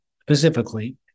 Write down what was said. Specifically